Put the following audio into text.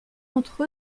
entre